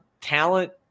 Talent